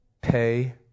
pay